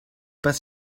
pas